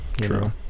True